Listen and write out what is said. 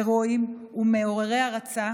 הרואיים ומעוררי הערצה